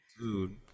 Dude